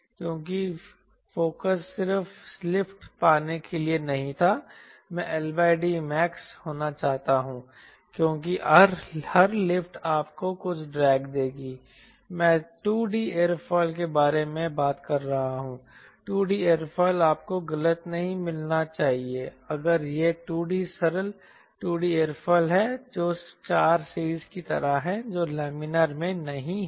क्योंकि फोकस सिर्फ लिफ्ट पाने के लिए नहीं था मैं LDmaxहोना चाहता हूं क्योंकि हर लिफ्ट आपको कुछ ड्रैग देगी मैं 2 D एयरोफिल के बारे में बात कर रहा हूं 2 D एयरोफिल आपको गलत नहीं मिलना चाहिए अगर यह 2 D सरल 2 D एयरोफिल है जो 4 सीरीज़ की तरह है जो लैमिनार में नहीं है